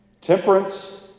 Temperance